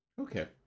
Okay